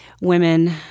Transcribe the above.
women